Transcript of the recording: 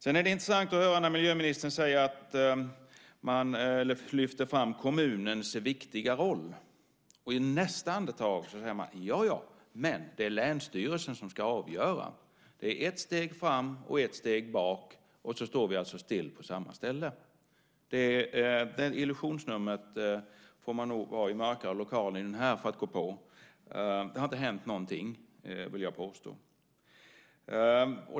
Det är intressant att höra när miljöministern lyfter fram kommunens viktiga roll. I nästa andetag säger hon: Ja, ja, men det är länsstyrelsen som ska avgöra. Det är ett steg fram och ett steg bak, och så står vi alltså still på samma ställe. Det illusionsnumret får man nog göra i mörkare lokaler än den här för att någon ska gå på. Det har inte hänt någonting, vill jag påstå.